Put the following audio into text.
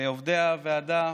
ולעובדי הוועדה.